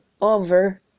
over